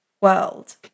world